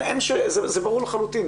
זה ברור לחלוטין.